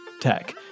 tech